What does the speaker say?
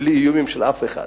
בלי איומים של אף אחד.